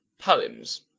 poems